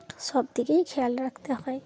সব দিকেই খেয়াল রাখতে হয়